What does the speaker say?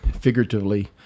figuratively